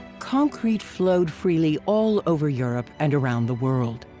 concrete flowed freely all over europe and around the world.